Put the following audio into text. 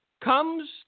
comes